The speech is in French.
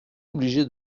obligé